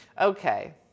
Okay